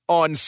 on